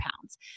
pounds